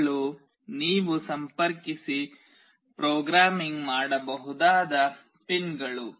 ಇವುಗಳು ನೀವು ಸಂಪರ್ಕಿಸಿ ಪ್ರೋಗ್ರಾಮಿಂಗ್ ಮಾಡಬಹುದಾದ ಪಿನ್ಗಳು